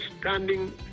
standing